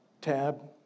Tab